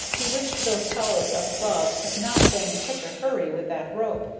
he wished those fellows up above had not been in such a hurry with that rope,